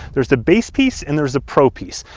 there's the base piece, and there's a pro piece.